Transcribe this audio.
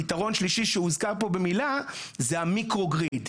ופתרון שלישי שהוזכר פה במילה זה המיקרוגריד.